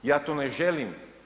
Ja to ne želim.